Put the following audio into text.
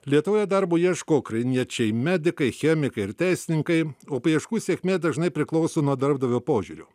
lietuvoje darbo ieško ukrainiečiai medikai chemikai ir teisininkai o paieškų sėkmė dažnai priklauso nuo darbdavio požiūrio